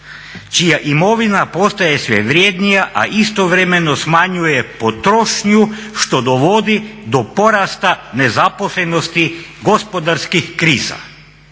čija imovina postaje sve vrednija, a istovremeno smanjuje potrošnju što dovodi do porasta nezaposlenosti gospodarskih kriza.